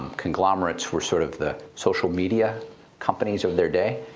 conglomerates were sort of the social media companies of their day.